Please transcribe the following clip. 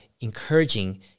encouraging